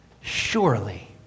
Surely